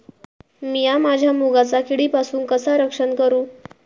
मीया माझ्या मुगाचा किडीपासून कसा रक्षण करू?